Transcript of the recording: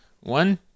one